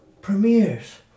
Premieres